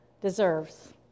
deserves